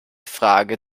frage